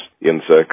insects